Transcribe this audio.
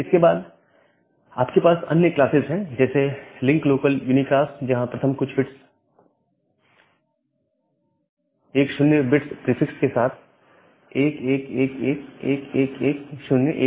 इसके बाद आपके पास अन्य क्लासेस हैं जैसे लिंक लोकल यूनिकास्ट जहां प्रथम कुछ बिट्स 10 बिट्स प्रीफिक्स के साथ 1111111010 है